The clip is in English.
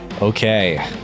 Okay